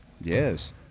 Yes